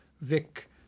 Vic